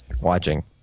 watching